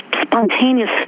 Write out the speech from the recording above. spontaneous